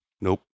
Nope